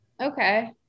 Okay